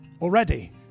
already